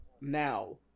now